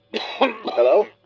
Hello